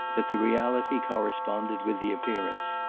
that the reality corresponded with the appearance.